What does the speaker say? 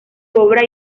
obra